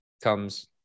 comes